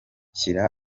shyira